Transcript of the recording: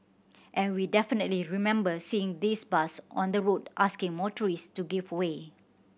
and we definitely remember seeing this bus on the road asking motorists to give way